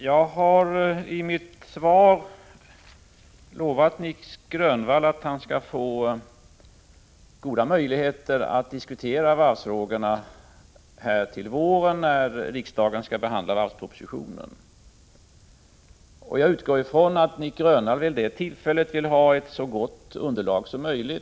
Herr talman! I mitt interpellationssvar har jag lovat Nic Grönvall att han skall få goda möjligheter att diskutera varvsfrågorna till våren, när riksdagen skall behandla varvspropositionen. Jag utgår från att Nic Grönvall vid det tillfället vill ha ett så gott underlag som möjligt.